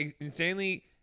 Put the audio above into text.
insanely